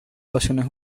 pasiones